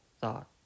thought